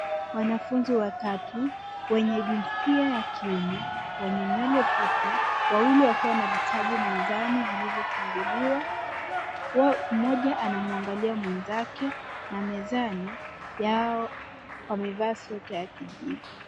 Wanafunzi watatu, wenye jinsia ya kiume wenye nywele fupi, wawili wakiwa na vitabu mezani vilivyofunguliwa. Mmoja anamwangalia mwenzake na mezani yao wamevaa sweta ya kijivu.